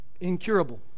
incurable